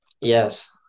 Yes